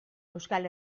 euskal